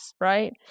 right